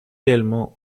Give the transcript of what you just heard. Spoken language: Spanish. yelmo